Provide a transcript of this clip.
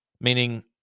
meaning